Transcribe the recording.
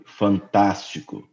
fantástico